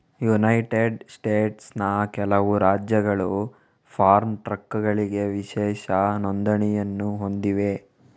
United ಸ್ಟೇಟ್ಸ್ನ ಕೆಲವು ರಾಜ್ಯಗಳು ಫಾರ್ಮ್ ಟ್ರಕ್ಗಳಿಗೆ ವಿಶೇಷ ನೋಂದಣಿಯನ್ನು ಹೊಂದಿವೆ